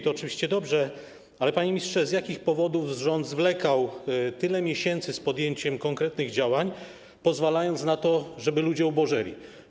To oczywiście dobrze, ale, panie ministrze, z jakich powodów rząd zwlekał tyle miesięcy z podjęciem konkretnych działań, pozwalając na to, żeby ludzie ubożeli?